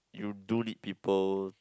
you do need people